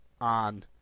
on